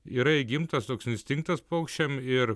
yra įgimtas toks instinktas paukščiam ir